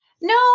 No